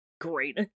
great